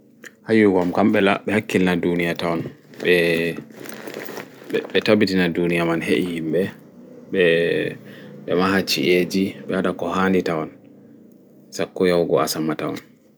Ha yiu'go am kam ɓe hakkilina ɗuniya tawon ɓe taɓɓitian ɗuniyam man heɓi himɓe ɓe maha ci'e ji ɓe waɗa ko haanɗi tawon sakko yahugo asama tawon